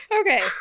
Okay